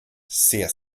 sehr